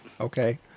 Okay